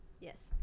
Yes